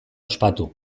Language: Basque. ospatu